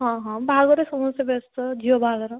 ହଁ ହଁ ବାହାଘରରେ ସମସ୍ତେ ବ୍ୟସ୍ତ ଝିଅ ବାହାଘର